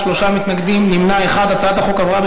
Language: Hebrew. התשע"ו 2015,